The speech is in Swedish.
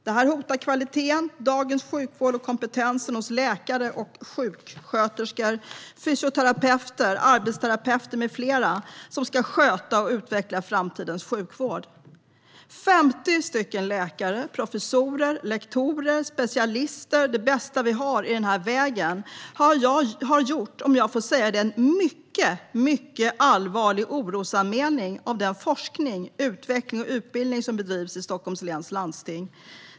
Detta hotar kvaliteten, dagens sjukvård och kompetensen hos läkare och sjuksköterskor, fysioterapeuter, arbetsterapeuter med flera som ska sköta och utveckla framtidens sjukvård. 50 läkare, professorer, lektorer, specialister - de bästa vi har i den här vägen - har gjort en, om jag får säga det, mycket allvarlig orosanmälan till politikerna i landstinget gällande den forskning, utveckling och utbildning som bedrivs i Stockholms läns landsting.